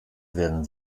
werden